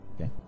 Okay